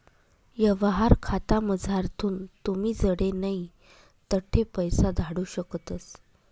यवहार खातामझारथून तुमी जडे नै तठे पैसा धाडू शकतस